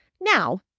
Now